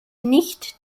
nicht